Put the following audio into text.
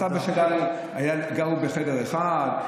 הסבא של, גרו בחדר אחד.